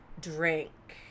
drink